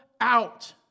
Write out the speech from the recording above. out